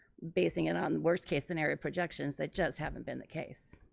basing it on worst case scenario projections that just haven't been the case.